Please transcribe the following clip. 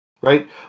right